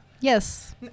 Yes